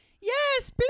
yes